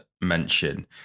mention